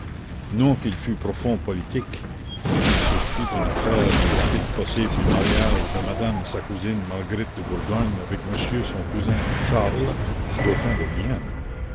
non qu'il fût profond politique et qu'il se fît une affaire des suites possibles du mariage de madame sa cousine marguerite de bourgogne avec monsieur son cousin charles dauphin